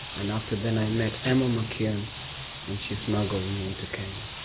and after then i met emma mccune and she smuggled me into kenya.